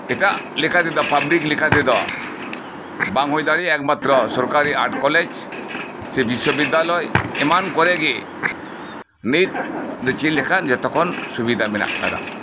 ᱮᱴᱟᱜ ᱞᱮᱠᱟᱛᱮᱫᱚ ᱯᱟᱵᱽᱞᱤᱠ ᱞᱮᱠᱟᱛᱮᱫᱚ ᱵᱟᱝ ᱦᱩᱭ ᱫᱟᱲᱮᱭᱟᱜᱼᱟ ᱮᱠᱢᱟᱛᱨᱚ ᱥᱚᱨᱠᱟᱨᱤ ᱟᱨᱴ ᱠᱚᱞᱮᱡᱽ ᱥᱮ ᱵᱤᱥᱥᱚᱵᱤᱫᱽᱫᱟᱞᱚᱭ ᱮᱢᱟᱱ ᱠᱚᱨᱮᱜᱮ ᱱᱤᱛ ᱫᱚ ᱪᱮᱫ ᱞᱮᱠᱷᱟᱱ ᱡᱚᱛᱚ ᱠᱷᱚᱱ ᱥᱩᱵᱤᱫᱷᱟ ᱢᱮᱱᱟᱜ ᱠᱟᱫᱟ